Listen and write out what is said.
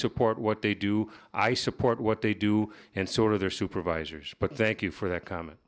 support what they do i support what they do and sort of their supervisors but thank you for that comm